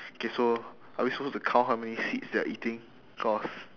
okay so are we supposed to count how many seeds they are eating cause